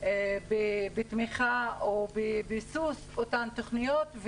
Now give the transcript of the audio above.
בתמיכה ובביסוס אותן תכניות,